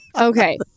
Okay